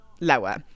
lower